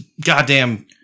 goddamn